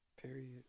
Period